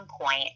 point